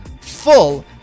full